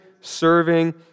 serving